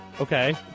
Okay